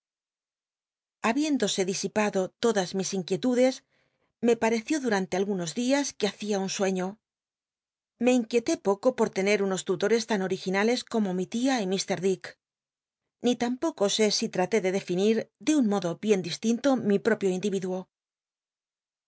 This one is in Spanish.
habiénclose disipado todas mi inquietudes me pareeió durante algunos días que hacia tm sueiío me inquiclé poco por tener un os tutores tan otiginales conto mi tia y h dick ni tampoco sé si tmté de dclinit de un modo bien distint o mi propio indil'iduo